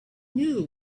knew